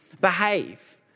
behave